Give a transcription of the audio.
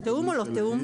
זה תיאום או לא תיאום?